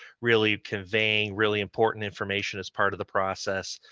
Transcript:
really conveying really important information as part of the process.